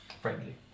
friendly